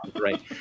Right